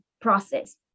process